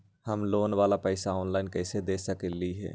हम लोन वाला पैसा ऑनलाइन कईसे दे सकेलि ह?